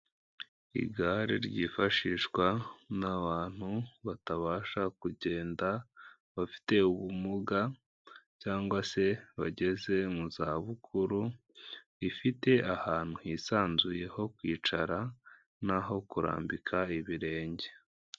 Igare ryifashishwa n'abantu batabasha kugenda bafite ubumuga, cyangwa se bageze mu za bukuru; rifite ahantu hisanzuye ho kwicara n'aho kurambika ibirenge.